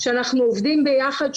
שאנחנו עובדים ביחד,